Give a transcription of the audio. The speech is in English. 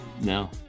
No